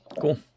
Cool